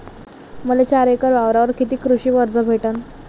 मले चार एकर वावरावर कितीक कृषी कर्ज भेटन?